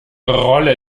rolle